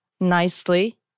nicely